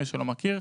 מי שלא מכיר,